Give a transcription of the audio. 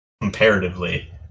comparatively